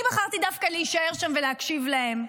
אני בחרתי דווקא להישאר שם ולהקשיב להם.